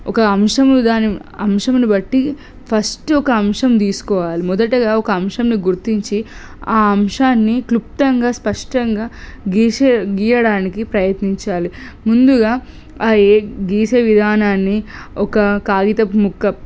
ఒక అంశములు కానీ అంశములు బట్టి ఫస్ట్ ఒక అంశం తీసుకోవాలి మొదటగా ఒక అంశంని గుర్తించి ఆ అంశాన్ని క్లుప్తంగా స్పష్టంగా గీసే గీయడానికి ప్రయత్నించాలి ముందుగా ఏ గీసే విధానాన్ని ఒక కాగితపు ముక్క